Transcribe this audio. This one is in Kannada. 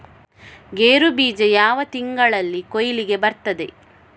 ಗೇರು ಬೀಜ ಯಾವ ತಿಂಗಳಲ್ಲಿ ಕೊಯ್ಲಿಗೆ ಬರ್ತದೆ?